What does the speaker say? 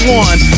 one